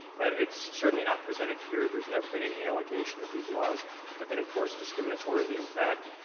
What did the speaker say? but it's certainly not presented here. there's never been any allegation that these laws have been enforced discriminatorily. in fact,